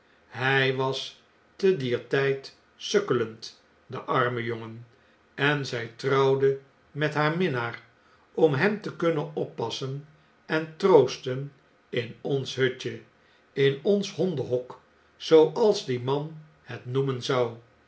hjj was te dier tijd sukkelend de arme jongen en zn trouwde met haar minnaar om hem te kunnen oppassenen troosten in ons hutje in ons hondenhok zooals die man het noemen zou